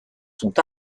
sont